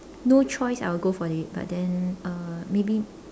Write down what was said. no choice I would go for it but then uh maybe